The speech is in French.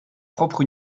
propre